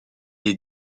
est